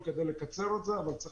הנושא: